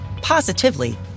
positively